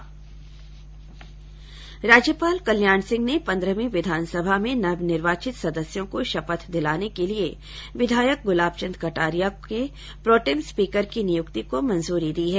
राज्यपाल कल्याण सिंह ने पंद्रहवीं विधानसभा में नवनिर्वाचित सदस्यों को शपथ दिलाने के लिए विधायक गुलाब चंद कटारिया के प्रोटेम स्पीकर की नियुक्ति को मंजूरी दी हैं